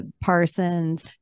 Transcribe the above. Parsons